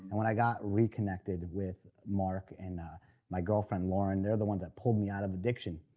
and when i got reconnected with mark and my girlfriend lauren, they're the ones that pulled me out of addiction.